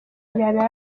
injyana